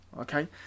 okay